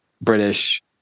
British